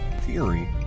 theory